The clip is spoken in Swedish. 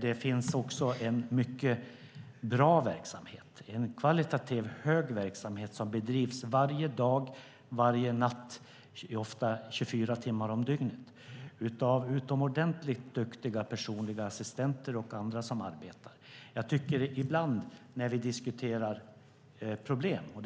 Det finns också en mycket bra och kvalitativt hög verksamhet som bedrivs varje dag, varje natt, ofta 24 timmar om dygnet av utomordentligt duktiga personliga assistenter och andra. Ibland när vi diskuterar problem och